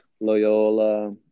Loyola